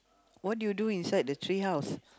what do you do inside the treehouse